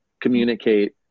communicate